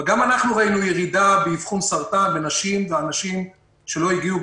גם אנחנו ראינו ירידה באבחון סרטן בנשים ואנשים שלא הגיעו,